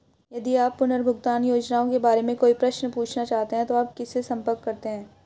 यदि आप पुनर्भुगतान योजनाओं के बारे में कोई प्रश्न पूछना चाहते हैं तो आप किससे संपर्क करते हैं?